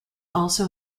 also